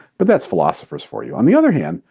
but that's philosophers for you. on the other hand,